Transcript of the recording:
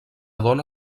dóna